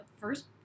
first